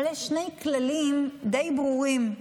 אבל יש שני כללים די ברורים: